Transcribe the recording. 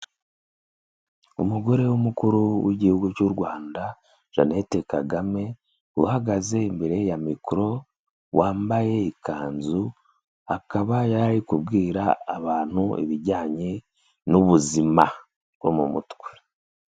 Umugore w'umukuru w'Igihugu cy'u Rwanda Jeannette Kagame, uhagaze imbere ya mikoro wambaye ikanzu, akaba yari ari kubwira abantu ibijyanye n'ubuzima bwo mu mutwe.